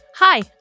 Hi